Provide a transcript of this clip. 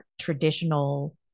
traditional